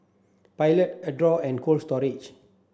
Pilot Adore and Cold Storage